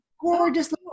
gorgeous